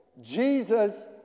Jesus